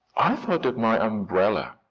i thought of my umbrella.